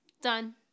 Done